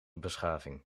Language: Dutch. beschaving